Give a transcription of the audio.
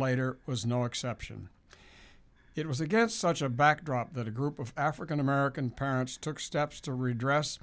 later was no exception it was against such a backdrop that a group of african american parents took steps to redress